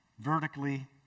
vertically